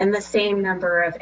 and the same number of